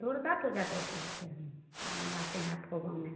दुर्गा पूजा कैसे होते हैं मनाते हैं आपको गाँव में